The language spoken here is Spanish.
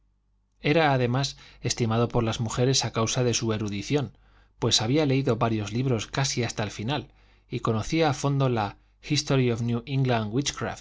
era además estimado por las mujeres a causa de su erudición pues había leído varios libros casi hasta el final y conocía a fondo la history